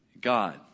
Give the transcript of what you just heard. God